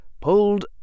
pulled